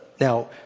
Now